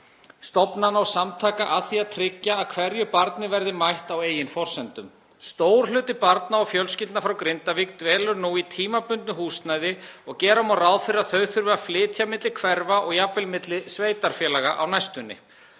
stofnana og samtaka að því að tryggja að hverju barni verði mætt á eigin forsendum. Stór hluti barna og fjölskyldna frá Grindavík dvelur nú í tímabundnu húsnæði og gera má ráð fyrir að þau þurfi að flytja milli hverfa og jafnvel milli sveitarfélaga á næstunni.